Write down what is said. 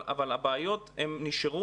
הבעיות נשארו.